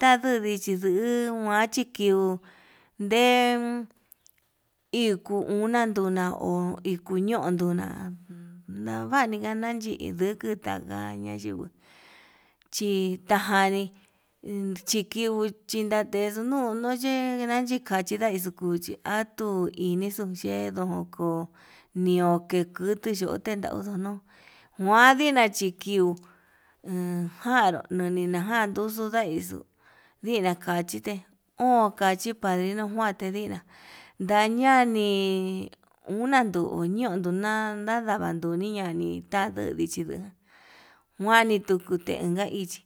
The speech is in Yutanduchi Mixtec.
naduu ndichi luu njuan chi kiu, nde inkuu una nduana ho'o ikoñun nduna ndavanga gayin dukuta nda'a ñayinguu, chitajani chinduju chixheta nuu nuye ndachikaxhi onaixuu kuchi atu yenixo yendó, ko'o niu kekutu yo'o tendau ndono njuanida chikiu enjanru ndanidanuxu nai xuu ndida kachite ho kachi padrino juante ndina'a ndañani una nuu nduku na'a nandava nduni ñanii tabda dichiluu kuankate ninka ichí.